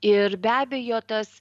ir be abejo tas